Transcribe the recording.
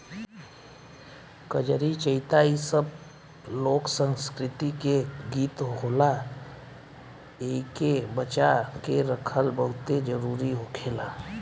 कजरी, चइता इ सब लोक संस्कृति के गीत होला एइके बचा के रखल बहुते जरुरी होखेला